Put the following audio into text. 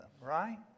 right